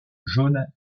jaune